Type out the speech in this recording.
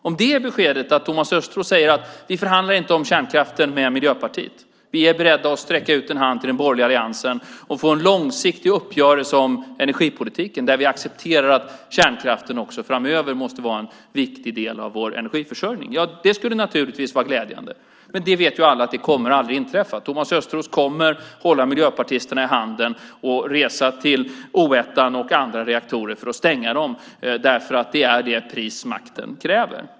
Om Thomas Östros säger att de inte förhandlar med Miljöpartiet om kärnkraften, att de är beredda att sträcka ut en hand till den borgerliga alliansen och få en långsiktig uppgörelse om energipolitiken där vi accepterar att kärnkraften också framöver måste vara en viktig del av energiförsörjning skulle det naturligtvis vara glädjande. Men alla vet att det aldrig kommer att inträffa. Thomas Östros kommer att hålla miljöpartisterna i handen och resa till O 1:an och andra reaktorer för att stänga dem. Det är det pris makten kräver.